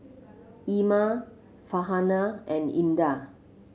Iman Farhanah and Indah